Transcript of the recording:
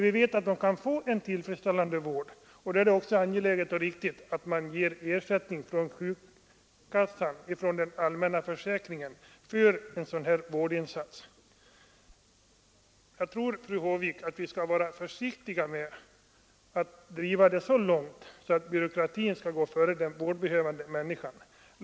Vi vet att de kan få tillfredsställande vård, och då är det också angeläget och riktigt att ge ersättning från den allmänna försäkringen för en sådan här vårdinsats. Jag tror, fru Håvik, att vi skall vara försiktiga och inte driva det hela så långt att byråkratin får gå före den vårdbehövande människan.